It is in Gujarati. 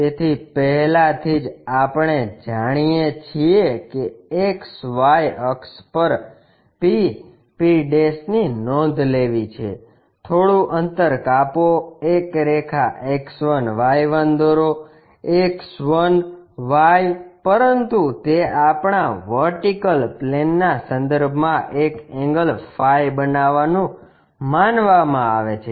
તેથી પહેલાથી જ આપણે જાણીએ છીએ કે XY અક્ષ પર p p ની નોંધ લેવી છે થોડું અંતર આપો એક રેખા X 1 Y 1 દોરો X1 Y પરંતુ તે આપણા વર્ટિકલ પ્લેનના સંદર્ભમાં એક એંગલ ફાઇ બનાવવાનું માનવામાં આવે છે